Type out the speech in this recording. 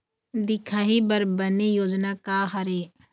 दिखाही बर बने योजना का हर हे?